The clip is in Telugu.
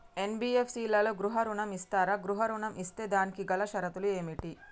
ఎన్.బి.ఎఫ్.సి లలో గృహ ఋణం ఇస్తరా? గృహ ఋణం ఇస్తే దానికి గల షరతులు ఏమిటి?